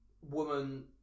Woman